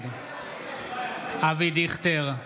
נגד אבי דיכטר,